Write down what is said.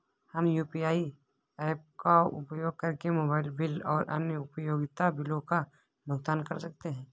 हम UPI apps का उपयोग करके मोबाइल बिल और अन्य उपयोगिता बिलों का भुगतान कर सकते हैं